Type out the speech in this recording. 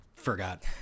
forgot